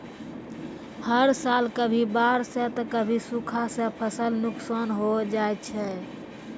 हर साल कभी बाढ़ सॅ त कभी सूखा सॅ फसल नुकसान होय जाय छै